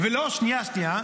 לא, שנייה, שנייה.